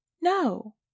No